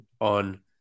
on